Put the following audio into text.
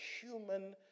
human